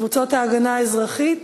קבוצות ההגנה האזרחית,